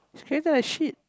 his character like shit